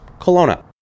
Kelowna